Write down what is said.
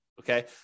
okay